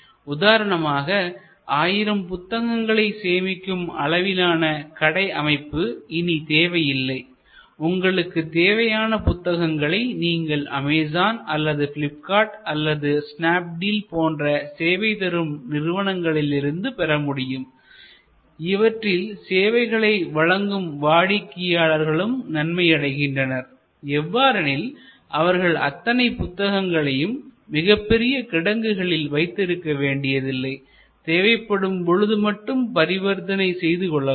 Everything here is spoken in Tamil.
உதாரணமாக ஆயிரம் புத்தகங்களை சேமிக்கும் அளவிலான கடை அமைப்பு இனி தேவையில்லை உங்களுக்கு தேவையான புத்தகங்களை நீங்கள் அமேசான் அல்லது பிலிப்கார்ட் அல்லது ஸ்னாப்டீல் போன்ற சேவை தரும் நிறுவனங்களிலிருந்து பெற முடியும் இவற்றில் சேவைகளை வழங்கும் வாடிக்கையாளர்களும் நன்மை அடைகின்றனர் எவ்வாறெனில் அவர்கள் அத்தனை புத்தகங்களையும் மிகப்பெரிய கிடங்குகளில் வைத்திருக்க வேண்டியதில்லை தேவைப்படும் பொழுது மட்டும் பரிவர்த்தனை செய்து கொள்ளலாம்